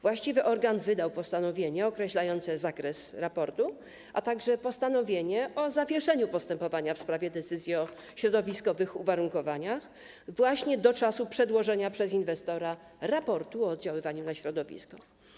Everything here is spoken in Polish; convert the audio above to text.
Właściwy organ wydał postanowienie określające zakres raportu, a także postanowienie o zawieszeniu postępowania w sprawie wydania decyzji o środowiskowych uwarunkowaniach do czasu przedłożenia przez inwestora raportu o oddziaływaniu na środowisko.